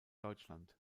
deutschland